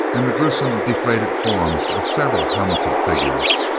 and the gruesome deflated forms of several helmeted figures.